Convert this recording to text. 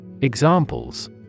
Examples